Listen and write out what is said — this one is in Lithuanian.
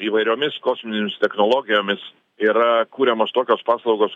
įvairiomis kosminėmis technologijomis yra kuriamos tokios paslaugos